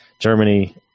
Germany